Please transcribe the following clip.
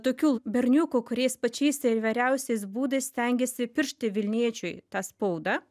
tokių berniukų kuriais pačiais įvairiausiais būdais stengėsi įpiršti vilniečiui tą spaudą